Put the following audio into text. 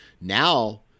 now